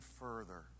further